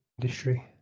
industry